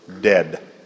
dead